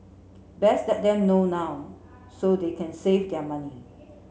best let them know now so they can save their money